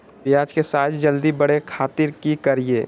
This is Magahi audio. प्याज के साइज जल्दी बड़े खातिर की करियय?